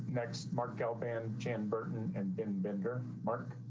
next, mark albin can burton and been bender mark.